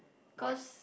cause